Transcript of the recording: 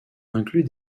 inclut